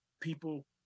people